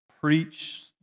preach